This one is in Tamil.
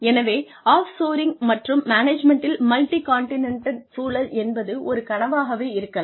எனவே ஆஃப் ஷோரிங் மற்றும் மேனேஜ்மென்ட்டில் மல்டி கான்ட்டினேண்ட் சூழல் என்பது ஒரு கனவாகவே இருக்கலாம்